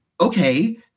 Okay